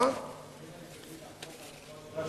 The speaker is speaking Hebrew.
האם אני מבין נכון מהתשובה שלך,